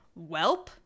Welp